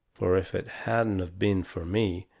fur, if it hadn't of been fur me,